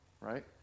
Right